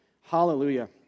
Hallelujah